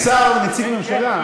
אין שר, נציג הממשלה.